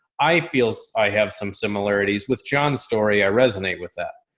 i feel i have some similarities with john's story. i resonate with that.